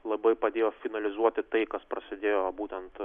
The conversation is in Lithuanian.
labai padėjo finalizuoti tai kas prasidėjo būtent